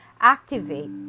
activate